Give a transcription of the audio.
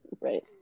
Right